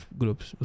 groups